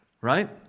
right